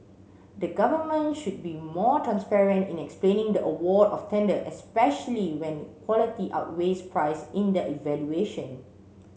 the government should be more transparent in explaining the award of tender especially when quality outweighs price in the evaluation